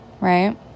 Right